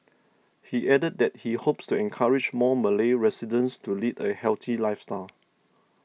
he added that he hopes to encourage more Malay residents to lead a healthy lifestyle